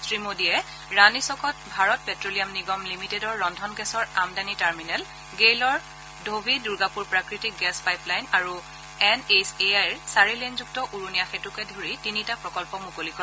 শ্ৰীমেদীয়ে ৰাণী চকত Bharat petroleum নিগম লিমিটেডৰ ৰন্ধন গেছৰ আমদানি টাৰমিনেল গেইলৰ ধোভী দুৰ্গাপুৰ প্ৰাকৃতিক গেছ পাইপ লাইন আৰু এন এইছ এ আইৰ চাৰি লেনযুক্ত উৰণীয়াসেতুকে ধৰি তিনিটা প্ৰকল্প মুকলি কৰে